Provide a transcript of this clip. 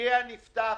איקאה נפתחה.